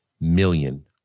million